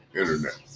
internet